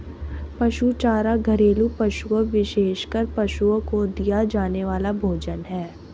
पशु चारा घरेलू पशुओं, विशेषकर पशुओं को दिया जाने वाला भोजन है